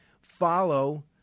follow